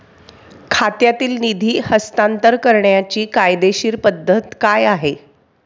खात्यातील निधी हस्तांतर करण्याची कायदेशीर पद्धत काय आहे?